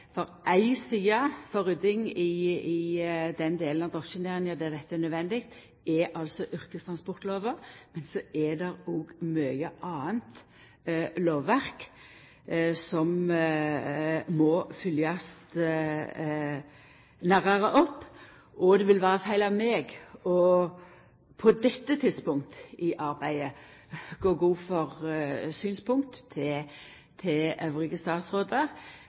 For ei side ved ryddinga i den delen av drosjenæringa der dette er nødvendig, er yrkestransportlova, men så er det òg mange andre lovverk som må følgjast nærare opp. Det vil på dette tidspunktet i arbeidet vera feil av meg å gå god for synspunkt til andre statsrådar. Eg ser fram til